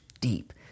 deep